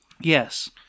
Yes